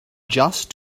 just